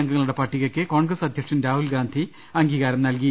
അംഗങ്ങളുടെ പട്ടികയ്ക്ക് കോൺഗ്രസ് അധ്യക്ഷൻ രാഹുൽഗാന്ധി അംഗീകാരം നൽകി